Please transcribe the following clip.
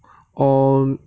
err